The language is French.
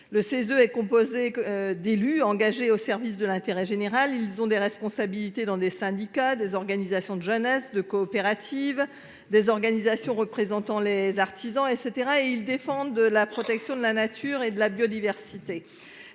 Le 16 est composé que d'élus engagés au service de l'intérêt général ils ont des responsabilités dans des syndicats des organisations de jeunesse de coopératives, des organisations représentant les artisans et cetera et ils défendent la protection de la nature et de la biodiversité